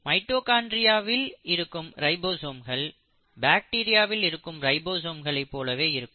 மைட்டோகாண்ட்ரியாவில் இருக்கும் ரைபோசோம்கள் பாக்டீரியாவில் இருக்கும் ரைபோசோம்களை போலவே இருக்கும்